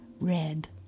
red